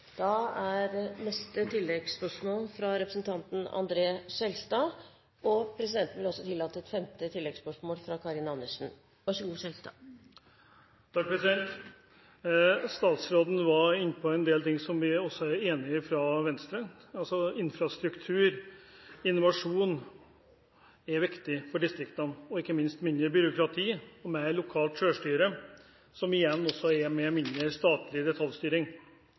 Skjelstad – til oppfølgingsspørsmål. Statsråden var inne på en del ting som vi i Venstre også er enig i. Infrastruktur og innovasjon er viktig for distriktene, og ikke minst mindre byråkrati og mer lokalt selvstyre, som igjen også fører til mindre statlig detaljstyring.